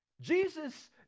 Jesus